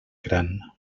gran